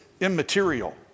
immaterial